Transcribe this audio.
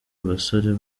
abasora